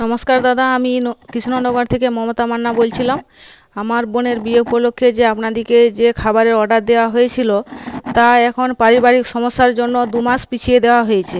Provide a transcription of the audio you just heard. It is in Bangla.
নমস্কার দাদা আমি ন কৃষ্ণনগর থেকে মমতা মান্না বলছিলাম আমার বোনের বিয়ে উপলক্ষ্যে যে আপনাদিকে যে খাবারের অর্ডার দেওয়া হয়েছিলো তা এখন পারিবারিক সমস্যার জন্য দু মাস পিছিয়ে দেওয়া হয়েছে